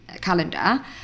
calendar